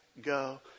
go